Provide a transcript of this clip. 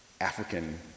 African